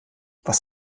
was